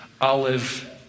olive